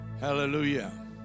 Hallelujah